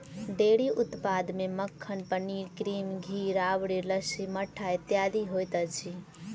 dairy उत्पाद मे मक्खन, पनीर, क्रीम, घी, राबड़ी, लस्सी, मट्ठा इत्यादि होइत अछि